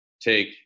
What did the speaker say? take